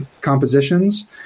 compositions